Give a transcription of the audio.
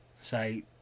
say